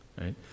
right